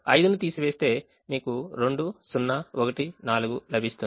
5 ను తీసివేస్తే మీకు 2 0 1 4 లభిస్తుంది